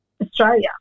Australia